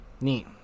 Neat